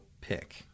pick